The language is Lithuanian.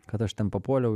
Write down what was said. kad aš ten papuoliau